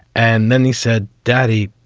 and then he said, daddy,